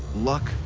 luck,